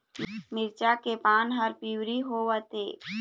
मिरचा के पान हर पिवरी होवथे?